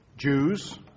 Jews